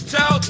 Tell